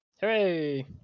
hooray